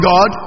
God